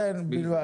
כן, בלבד.